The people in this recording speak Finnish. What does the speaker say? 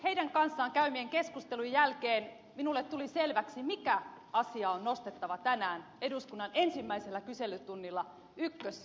heidän kanssaan käymieni keskustelujen jälkeen minulle tuli selväksi mikä asia on nostettava tänään eduskunnan ensimmäisellä kyselytunnilla ykkösaiheeksi